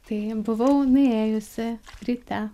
tai buvau nuėjusi ryte